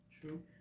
True